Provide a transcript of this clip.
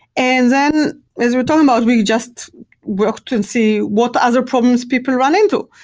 and then, as we're talking about, we just work to and see what other problems people run into,